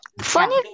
Funny